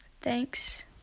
thanks